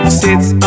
sits